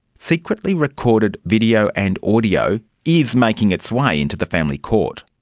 secretly recorded video and audio is making its way into the family court.